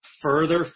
further